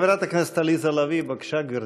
חברת הכנסת עליזה לביא, בבקשה, גברתי.